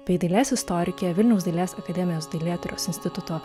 bei dailės istorike vilniaus dailės akademijos dailėtyros instituto